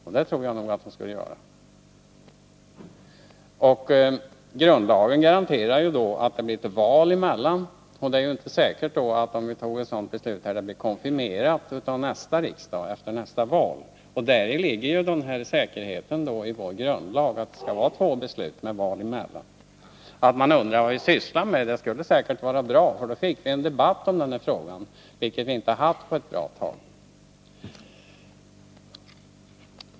Ja, det tror jag nog att folk skulle göra. Grundlagen garanterar att det sker ett val, innan den vilande frågan tas upp på nytt, och det är inte säkert att ett beslut i enlighet med vårt förslag här i dag skulle bli konfirmerat efter nästa val. I grundlagens föreskrift att det skall vara två beslut med val emellan ligger ju en säkerhet. Att folk undrar vad vi sysslar med skulle säkert vara bra, för då fick vi en debatt om monarkin, vilket vi inte har haft på ett bra tag.